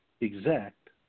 exact